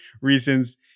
reasons